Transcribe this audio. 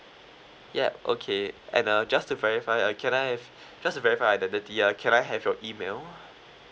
yup okay and uh just to verify uh can I have just to verify identity ya can I have your email